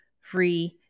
free